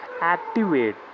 activate